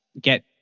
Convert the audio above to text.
get